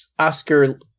oscar